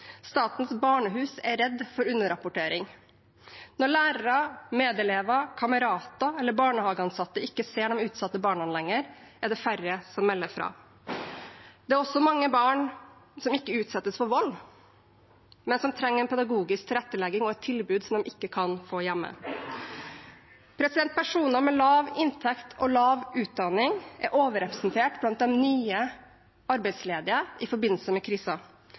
Statens barnehus er redd for underrapportering. Når lærere, medelever, kamerater eller barnehageansatte ikke ser de utsatte barna lenger, er det færre som melder fra. Det er også mange barn som ikke utsettes for vold, men som trenger en pedagogisk tilrettelegging og et tilbud som de ikke kan få hjemme. Personer med lav inntekt og lav utdanning er overrepresentert blant de nye arbeidsledige i forbindelse med